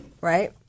Right